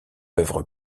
œuvre